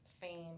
Fame